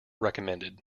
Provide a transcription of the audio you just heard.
recommended